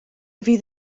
fydd